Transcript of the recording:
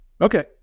Okay